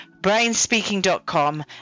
Brainspeaking.com